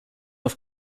auf